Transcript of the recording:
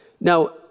Now